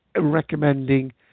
recommending